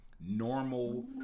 Normal